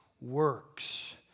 works